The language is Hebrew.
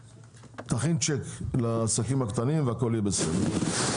תכין צ'ק לעסקים הקטנים והכול יהיה בסדר,